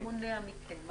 מה מונע מכם?